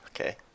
Okay